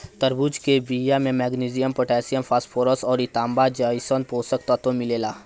तरबूजा के बिया में मैग्नीशियम, पोटैशियम, फास्फोरस अउरी तांबा जइसन पोषक तत्व मिलेला